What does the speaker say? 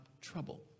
trouble